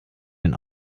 den